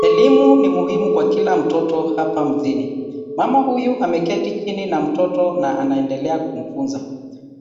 Elimu ni muhimu kwa kila mtoto hapa mjini. Mama huyu ameketi chini na mtoto na anaendelea kumfunza.